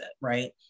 right